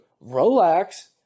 relax